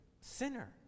sinner